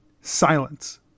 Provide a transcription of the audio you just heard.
Silence